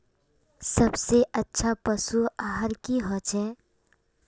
सबसे अच्छा पशु आहार की होचए?